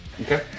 Okay